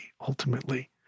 ultimately